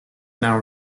now